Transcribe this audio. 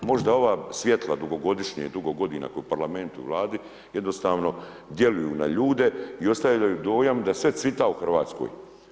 Možda ova svjetla dugogodišnja, dugo godina tko je u parlamentu i Vladi, jednostavno djeluju na ljude i ostavljaju dojam da sve cvjeta u Hrvatskoj.